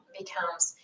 becomes